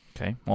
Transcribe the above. Okay